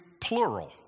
plural